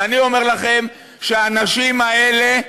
ואני אומר לכם שהאנשים האלה,